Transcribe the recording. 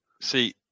See